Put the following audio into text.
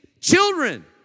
children